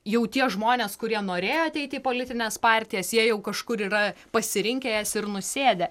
jau tie žmonės kurie norėjo ateiti į politines partijas jie jau kažkur yra pasirinkę jas ir nusėdę